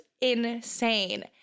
insane